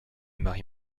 marie